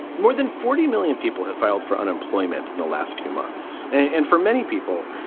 more than forty million people have filed for unemployment in the last few months. and for many people,